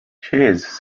cheers